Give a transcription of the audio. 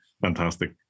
Fantastic